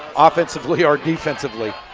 offensively or defensively.